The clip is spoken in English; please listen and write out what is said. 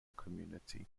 community